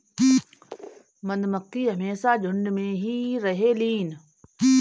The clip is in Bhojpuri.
मधुमक्खी हमेशा झुण्ड में ही रहेलीन